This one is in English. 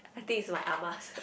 I think is my Ah ma's